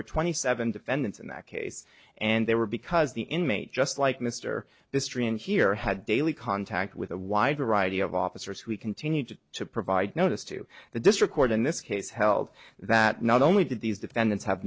were twenty seven defendants in that case and they were because the inmate just like mr this tree and here had daily contact with a wide variety of officers who continued to to provide notice to the district court in this case held that not only did these defendants have